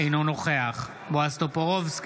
אינו נוכח בועז טופורובסקי,